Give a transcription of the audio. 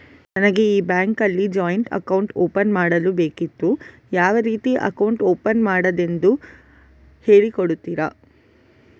ನನಗೆ ಈ ಬ್ಯಾಂಕ್ ಅಲ್ಲಿ ಜಾಯಿಂಟ್ ಅಕೌಂಟ್ ಓಪನ್ ಮಾಡಲು ಬೇಕಿತ್ತು, ಯಾವ ರೀತಿ ಅಕೌಂಟ್ ಓಪನ್ ಮಾಡುದೆಂದು ಹೇಳಿ ಕೊಡುತ್ತೀರಾ?